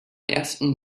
ersten